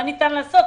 מה ניתן לעשות,